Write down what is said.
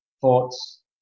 thoughts